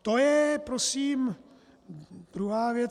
To je prosím druhá věc.